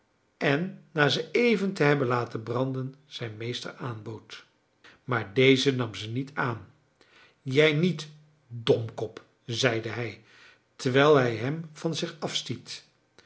en na ze even te hebben laten branden zijn meester aanbood maar deze nam ze niet aan jij niet domkop zeide hij terwijl hij hem van zich